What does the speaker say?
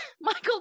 Michael